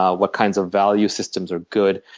ah what kinds of value systems are good,